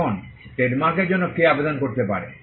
এখন ট্রেডমার্কের জন্য কে আবেদন করতে পারে